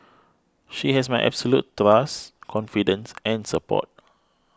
she has my absolute trust confidence and support